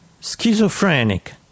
Schizophrenic